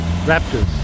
raptors